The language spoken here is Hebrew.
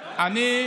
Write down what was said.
מעניין